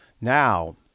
Now